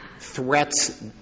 threats